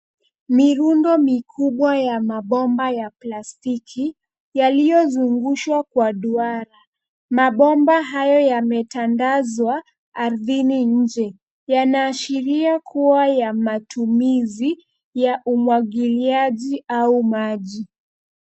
Mirundo mikubwa ya mabomba ya plastiki yaliyozungushwa kwa duara. Mabomba hayo yametandazwa ardhini nje. Yanaashiria kuwa ya matumizi ya umwagiliaji au maji.